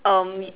um